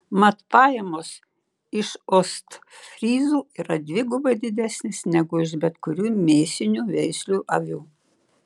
mat pajamos iš ostfryzų yra dvigubai didesnės negu iš bet kurių mėsinių veislių avių